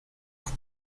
vous